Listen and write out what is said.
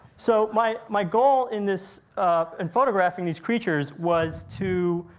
so, my my goal in this in photographing these creatures was to.